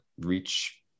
reach